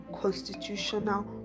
constitutional